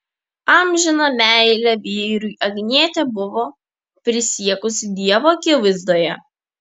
amžiną meilę vyrui agnietė buvo prisiekusi dievo akivaizdoje